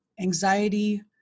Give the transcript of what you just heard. anxiety